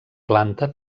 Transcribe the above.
planta